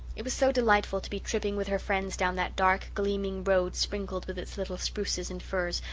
it was so delightful to be tripping with her friends down that dark, gleaming road sprinkled with its little spruces and firs,